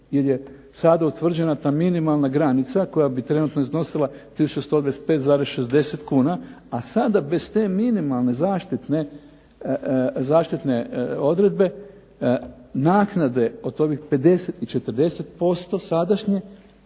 jer je sada utvrđena ta minimalna granica koja bi trenutno iznosila tisuću 125,60 kuna, a sada bez te minimalne zaštitne odredbe naknade od ovih 50 i 40% sadašnje